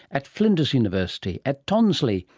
at flinders university, at tonsley,